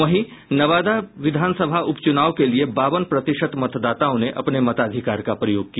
वहीं नवादा विधानसभा उपचुनाव के लिये बावन प्रतिशत मतदाताओं ने अपने मताधिकार का प्रयोग किया